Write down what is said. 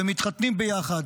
מתחתנים ביחד,